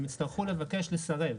הם יצטרכו לבקש לסרב.